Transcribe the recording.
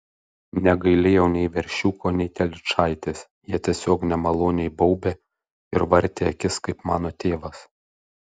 negailėjau nei veršiuko nei telyčaitės jie tiesiog nemaloniai baubė ir vartė akis kaip mano tėvas